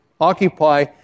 occupy